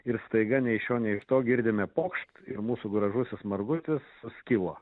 ir staiga nei iš šio nei iš to girdime pokšt ir mūsų gražusis margutis suskilo